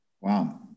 Wow